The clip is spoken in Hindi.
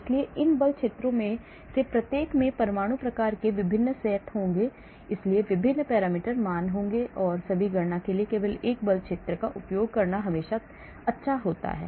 इसलिए इन बल क्षेत्रों में से प्रत्येक में परमाणु प्रकार के विभिन्न सेट होंगे इसलिए विभिन्न पैरामीटर मान होंगे इसलिए सभी गणना के लिए केवल एक बल क्षेत्र का उपयोग करना हमेशा अच्छा होता है